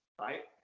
right